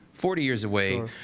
forty years away,